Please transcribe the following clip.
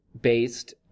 based